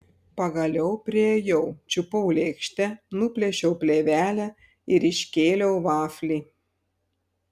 pagaliau priėjau čiupau lėkštę nuplėšiau plėvelę ir iškėliau vaflį